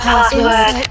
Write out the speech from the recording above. Password